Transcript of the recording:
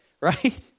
right